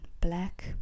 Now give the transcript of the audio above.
black